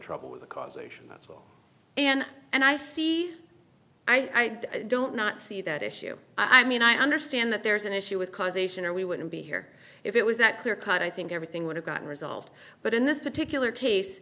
trouble with the causation that's all and and i see i don't not see that issue i mean i understand that there's an issue with causation or we wouldn't be here if it was that clear cut i think everything would have gotten resolved but in this particular case